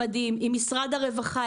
עם משרד הרווחה,